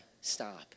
stop